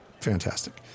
fantastic